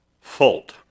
fault